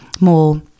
more